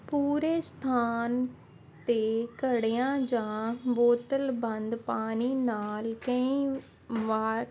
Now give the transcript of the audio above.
ਪੂਰੇ ਸਥਾਨ 'ਤੇ ਘੜਿਆਂ ਜਾਂ ਬੋਤਲ ਬੰਦ ਪਾਣੀ ਨਾਲ ਕਈ ਵਾਰ